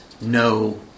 no